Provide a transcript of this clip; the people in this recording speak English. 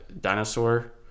dinosaur